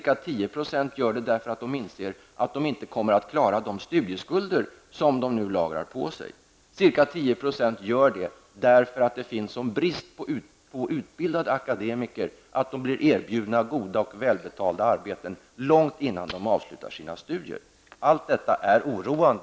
Ca 10 % slutar därför att de inser att de inte kommer att kunna klara de studieskulder som de nu tar på sig, och ca 10 % slutar därför att det finns en sådan brist på utbildade akademiker att de blir erbjudna goda och välbetalda arbeten långt innan de har avslutat sina studier. Allt detta är oroande,